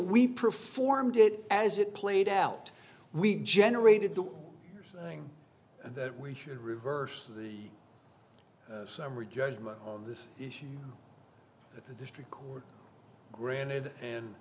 we performed it as it played out we generated the thing that we should reverse the summary judgment of this issue but the district court granted and